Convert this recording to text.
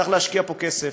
צריך להשקיע פה כסף,